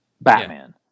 Batman